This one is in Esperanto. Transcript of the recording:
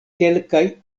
kelkaj